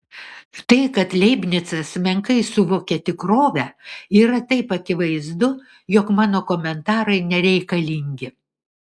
tai kad leibnicas menkai suvokia tikrovę yra taip akivaizdu jog mano komentarai nereikalingi